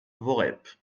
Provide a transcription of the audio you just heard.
voreppe